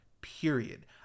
period